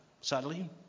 sadly